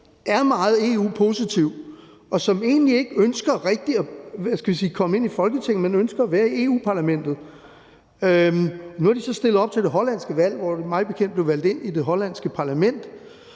er meget EU-positiv, og som egentlig ikke rigtig ønsker at komme ind i Folketinget, men ønsker at være repræsenteret i Europa-Parlamentet. Nu har de så stillet op til det hollandske valg, hvor de mig bekendt blev valgt ind i det hollandske parlament.